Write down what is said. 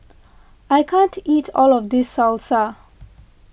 I can't eat all of this Salsa